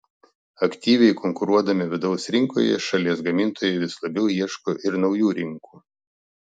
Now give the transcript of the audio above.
aktyviai konkuruodami vidaus rinkoje šalies gamintojai vis labiau ieško ir naujų rinkų